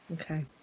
Okay